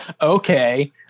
Okay